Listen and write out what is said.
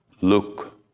look